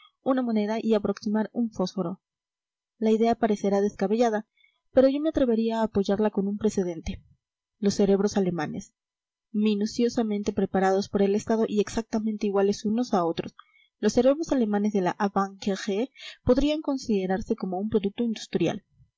una moneda y aproximar un fósforo la idea parecerá descabellada pero yo me atrevería a apoyarla con un precedente los cerebros alemanes minuciosamente preparados por el estado y exactamente iguales unos a otros los cerebros alemanes de la avant guerre podrían considerarse como un producto industrial